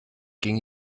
ging